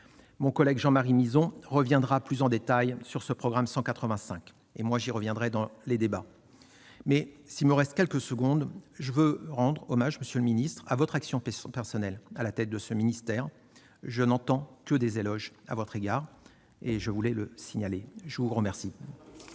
Mon collègue Jean-Marie Mizzon reviendra plus en détail sur ce programme 185, tout comme j'y reviendrai au cours des débats. Puisqu'il me reste quelques secondes, je veux rendre hommage, monsieur le ministre, à votre action personnelle à la tête de ce ministère : je n'entends que des éloges à votre égard. Je voulais le signaler. La parole